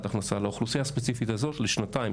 הכנסה; האוכלוסייה הספציפית הזאת לשנתיים,